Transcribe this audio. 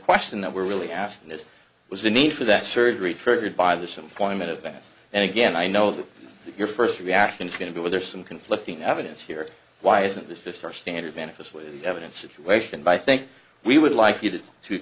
question that we're really asking is was the need for that surgery triggered by this employment event and again i know that your first reaction is going to be were there some conflicting evidence here why isn't this just our standard manifestly evidence situation by i think we would like